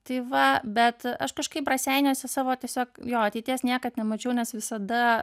tai va bet aš kažkaip raseiniuose savo tiesiog jo ateities niekad nemačiau nes visada